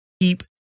keep